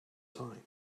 time